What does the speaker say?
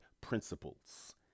principles